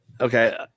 Okay